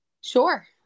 Sure